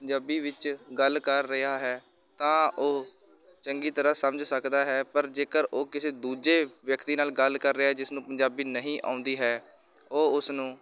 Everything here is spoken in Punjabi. ਪੰਜਾਬੀ ਵਿੱਚ ਗੱਲ ਕਰ ਰਿਹਾ ਹੈ ਤਾਂ ਉਹ ਚੰਗੀ ਤਰ੍ਹਾਂ ਸਮਝ ਸਕਦਾ ਹੈ ਪਰ ਜੇਕਰ ਉਹ ਕਿਸੇ ਦੂਜੇ ਵਿਅਕਤੀ ਨਾਲ ਗੱਲ ਕਰ ਰਿਹਾ ਜਿਸ ਨੂੰ ਪੰਜਾਬੀ ਨਹੀਂ ਆਉਂਦੀ ਹੈ ਉਹ ਉਸ ਨੂੰ